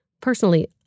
Personally